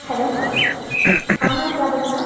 hello அம்மன் கேபுங்களா